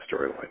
storyline